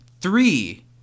three